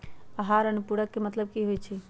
आहार अनुपूरक के मतलब की होइ छई?